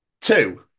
Two